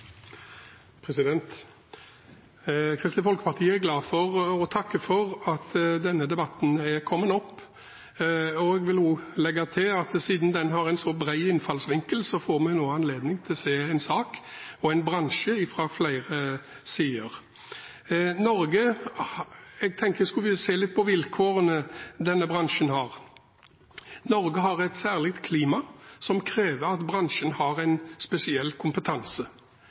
glad for, og takker for, at denne debatten er kommet opp, og jeg vil legge til at siden den har en så bred innfallsvinkel, får vi nå anledning til å se en sak og en bransje fra flere sider. Jeg tenkte jeg skulle se litt på vilkårene denne bransjen har. Norge har et særlig klima, som krever at bransjen har en spesiell kompetanse.